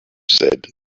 said